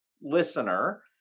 listener